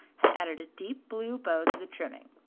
had added a deep blue bow to the trimming,